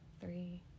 three